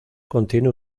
contiene